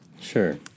Sure